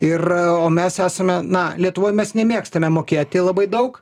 ir o mes esame na lietuvoj mes nemėgstame mokėti labai daug